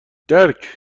درکاینجا